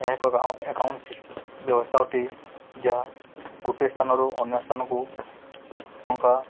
ଏହା ଏକ ଆକାଉଣ୍ଟ ବ୍ୟବସ୍ଥା ଅଟେ ଯାହା ଗୋଟେ ସ୍ଥାନରୁ ଅନ୍ୟ ସ୍ଥାନକୁ ଟଙ୍କା